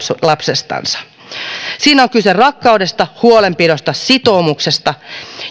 lapsestansa siinä on kyse rakkaudesta huolenpidosta sitoumuksesta